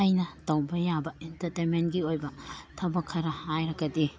ꯑꯩꯅ ꯇꯧꯕ ꯌꯥꯕ ꯏꯟꯇꯔꯇꯦꯟꯃꯦꯟꯒꯤ ꯑꯣꯏꯕ ꯊꯕꯛ ꯈꯔ ꯍꯥꯏꯔꯒꯗꯤ